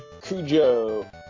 Cujo